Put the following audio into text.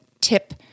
tip